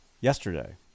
yesterday